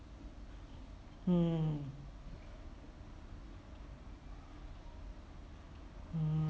mm mm